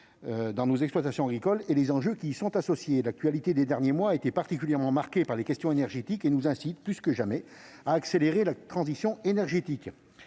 dans nos exploitations agricoles et les enjeux qui y sont associés. L'actualité de ces derniers mois, particulièrement marquée par les questions énergétiques, nous incite plus que jamais à accélérer la transition énergétique.